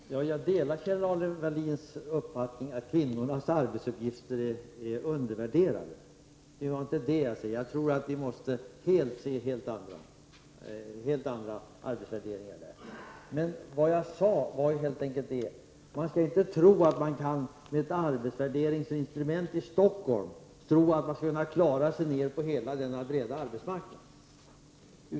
Fru talman! Jag delar Kjell-Arnes Welins uppfattning att kvinnornas arbetsuppgifter är undervärderade. Det var inte det som det gällde. Jag tror att vi måste få en helt annan arbetsvärdering. Men vad jag sade var helt enkelt att man inte skall tro att man med ett arbetsvärderingsinstrument i Stockholm skall kunna klara sig på hela vår breda arbetsmarknad.